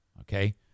Okay